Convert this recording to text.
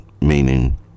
meaning